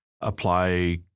apply